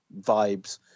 vibes